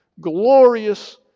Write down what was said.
glorious